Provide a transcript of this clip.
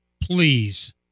please